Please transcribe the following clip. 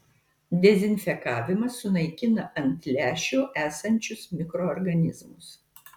dezinfekavimas sunaikina ant lęšio esančius mikroorganizmus